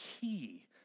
key